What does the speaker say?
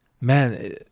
man